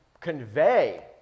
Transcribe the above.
convey